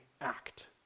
act